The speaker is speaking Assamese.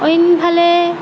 অইনফালে